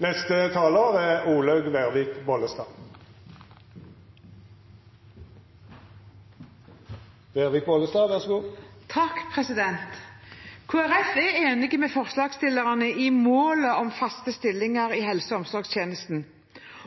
er enig med forslagsstillerne i målet om faste stillinger i helse- og omsorgstjenesten,